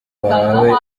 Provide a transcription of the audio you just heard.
bahawe